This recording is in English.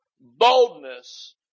boldness